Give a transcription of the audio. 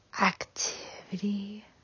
activity